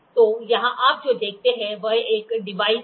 तो यहां आप जो देखते हैं वह एक डिवाइस है